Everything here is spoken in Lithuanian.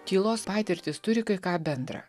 tylos patirtys turi kai ką bendra